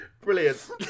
Brilliant